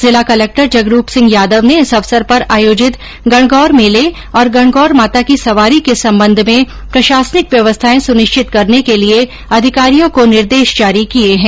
जिला कलेक्टर जगरूप सिंह यादव ने इस अवसर पर आयोजित गणगौर मेले और गणगौर माता की सवारी के संबंध में प्रशासनिक व्यवस्थाएं सुनिश्चित करने के लिए अधिकारियों को निर्देश जारी किए हैं